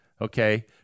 okay